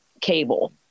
cable